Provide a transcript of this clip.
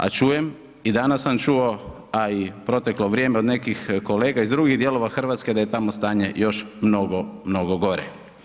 A čujem i danas sam čuo, a i u proteklo vrijeme od nekih kolega iz drugih dijelova Hrvatske da je tamo stanje još mnogo, mnogo gore.